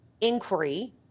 inquiry